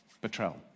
Betrayal